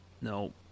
no